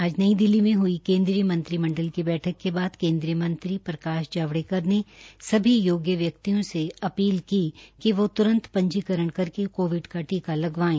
आज नई दिल्ली मे हई केन्द्रीय मंत्रिमंडल की बैठक के बाद केन्द्रीय मंत्री प्रकाश जावड़ेकर ने सभी योग्य व्यक्तियों से अपील की कि वोह त्रंत पंजीकरण करके कोविड का टीका लगवायें